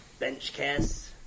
Benchcast